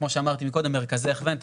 כמו שאמרתי מקודם מרכזי הכוון,